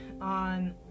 on